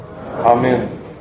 Amen